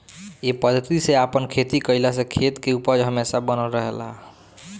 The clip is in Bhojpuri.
ए पद्धति से आपन खेती कईला से खेत के उपज हमेशा बनल रहेला